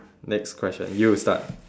next question you start